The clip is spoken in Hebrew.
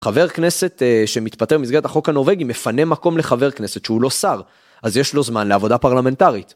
חבר כנסת שמתפטר במסגרת החוק הנובג, מפנה מקום לחבר כנסת שהוא לא שר, אז יש לו זמן לעבודה פרלמנטרית.